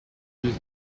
used